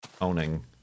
owning